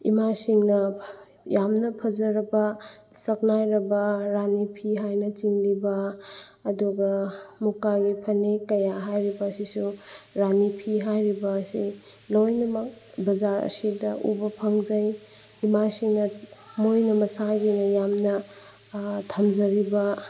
ꯏꯃꯥꯁꯤꯡꯅ ꯌꯥꯝꯅ ꯐꯖꯔꯕ ꯁꯛꯅꯥꯏꯔꯕ ꯔꯥꯅꯤ ꯐꯤ ꯍꯥꯏꯅ ꯆꯤꯡꯂꯤꯕ ꯑꯗꯨꯒ ꯃꯨꯀꯥꯒꯤ ꯐꯅꯦꯛ ꯀꯌꯥ ꯍꯥꯏꯔꯤꯕ ꯑꯁꯤꯁꯨ ꯔꯥꯅꯤ ꯐꯤ ꯍꯥꯏꯔꯤꯕ ꯑꯁꯤ ꯂꯣꯏꯅꯃꯛ ꯕꯖꯥꯔ ꯑꯁꯤꯗ ꯎꯕ ꯐꯪꯖꯩ ꯏꯃꯥꯁꯤꯡꯅ ꯃꯣꯏꯅ ꯃꯁꯥꯒꯤꯅ ꯌꯥꯝꯅ ꯊꯝꯖꯔꯤꯕ